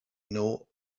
know